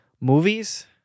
movies